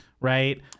right